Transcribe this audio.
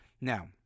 Now